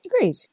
Agreed